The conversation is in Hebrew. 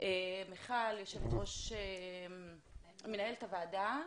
מיכל - מנהלת הוועדה.